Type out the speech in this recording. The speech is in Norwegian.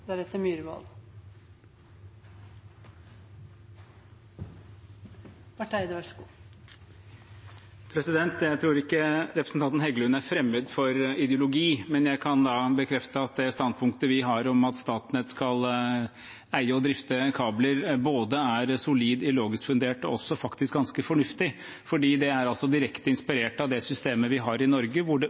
fremmed for ideologi, men jeg kan bekrefte at det standpunktet vi har om at Statnett skal eie og drifte kabler, både er solid ideologisk fundert og også faktisk ganske fornuftig, fordi det er direkte inspirert av det systemet vi har i Norge, hvor det